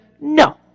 no